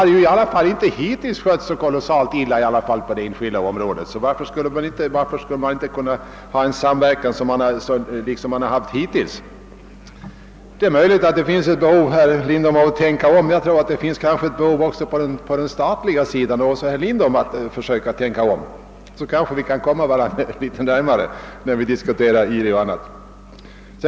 Den har hittills inte skötts så illa på det enskilda området, och varför skall man inte kunna fortsätta med en samverkan? Det är möjligt att vi kan behöva tänka om, herr Lindholm, och att man behöver göra det även på den statliga sidan. Herr Lindholm kanske själv skulle kunna tänka om — i så fall kunde vi måhända komma varandra litet närmare när vi diskuterar IRI och annat.